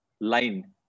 line